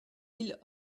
îles